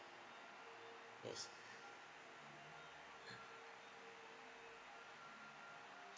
yes